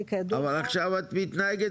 אני כידוע --- אבל עכשיו את מתנהגת